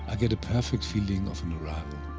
ah get a perfect feeling of an arrival.